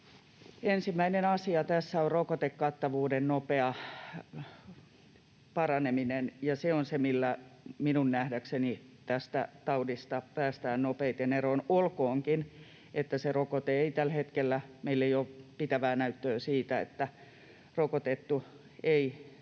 ensimmäinen asia tässä on rokotekattavuuden nopea paraneminen, ja se on se, millä minun nähdäkseni tästä taudista päästään nopeiten eroon — olkoonkin, että rokotteen osalta meillä ei ole tällä hetkellä pitävää näyttöä siitä, että rokotettu ei